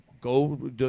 go